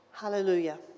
Hallelujah